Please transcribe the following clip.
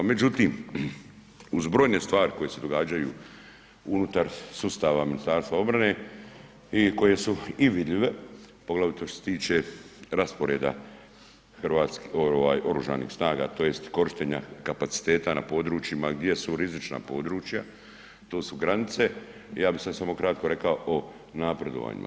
Međutim, uz brojne stvari koje se događaju unutar sustava Ministarstva obrane i koje su i vidljive, poglavito što se tiče rasporeda OS-a, tj. korištenja kapaciteta na područjima gdje su rizična područja, to su granice, ja bi sad samo kratko rekao o napredovanjima.